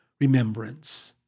Remembrance